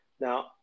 Now